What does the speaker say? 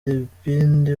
igipindi